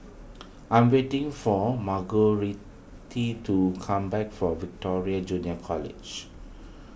I am waiting for Margurite to come back from Victoria Junior College